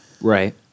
Right